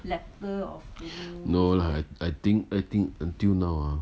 no lah I think I think until now ah